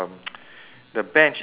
the bench in front